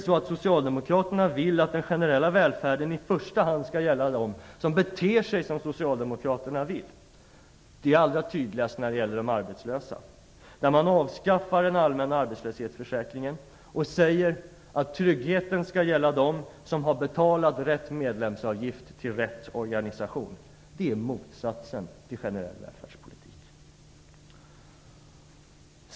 Socialdemokraterna vill att den generella välfärden i första hand skall gälla dem som beter sig som Socialdemokraterna vill. Det är allra tydligast när det gäller de arbetslösa. När man avskaffar den allmänna arbetslöshetsförsäkringen och säger att tryggheten skall gälla dem som har betalat rätt medlemsavgift till rätt organisation är det motsatsen till generell välfärdspolitik.